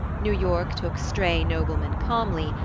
new york took stray noblemen calmly,